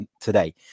today